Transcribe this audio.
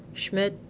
schmidt,